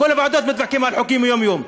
בכל הוועדות מתווכחים על חוקים יום-יום.